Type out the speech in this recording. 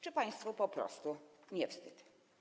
Czy państwu po prostu nie wstyd?